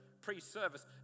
pre-service